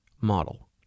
model